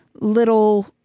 little